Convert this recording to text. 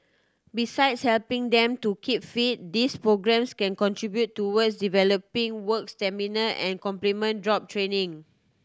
besides helping them to keep fit these programmes can contribute towards developing work stamina and complement job training